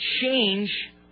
change